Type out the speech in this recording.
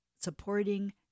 supporting